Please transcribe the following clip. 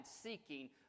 seeking